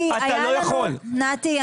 נתי,